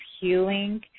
healing